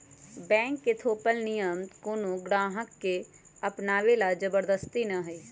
bank के थोपल नियम कोनो गाहक के अपनावे ला जबरदस्ती न हई